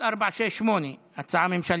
מ/1468, הצעה ממשלתית.